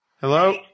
Hello